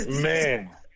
man